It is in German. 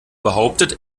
behauptet